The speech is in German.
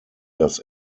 das